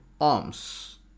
arms